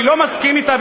אני לא מסכים אתה,